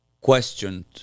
questioned